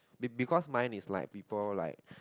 be because mine is like people like